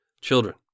children